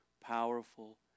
powerful